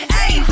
Hey